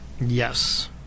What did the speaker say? Yes